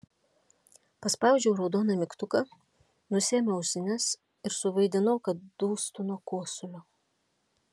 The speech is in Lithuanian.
paspaudžiau raudoną mygtuką nusiėmiau ausines ir suvaidinau kad dūstu nuo kosulio